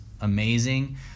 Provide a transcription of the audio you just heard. amazing